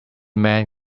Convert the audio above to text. man